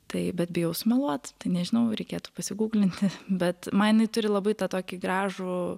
tai bet bijau smaluot tai nežinau reikėtų pasiguglinti bet man jinai turi labai tą tokį gražų